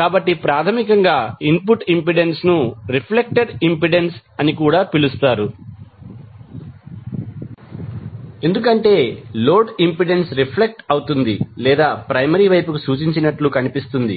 కాబట్టి ప్రాథమికంగా input impedance ను రిఫ్లెక్టెడ్ ఇంపెడెన్స్ అని కూడా పిలుస్తారు ఎందుకంటే లోడ్ ఇంపెడెన్స్ రిఫ్లెక్ట్ అవుతుంది లేదా ప్రైమరీ వైపుకు సూచించినట్లు కనిపిస్తుంది